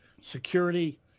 Security